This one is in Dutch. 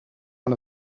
aan